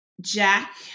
Jack